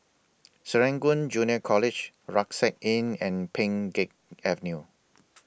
Serangoon Junior College Rucksack Inn and Pheng Geck Avenue